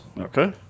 Okay